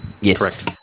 Yes